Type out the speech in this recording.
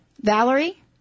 valerie